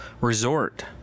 resort